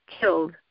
killed